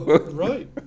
right